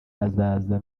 bazaza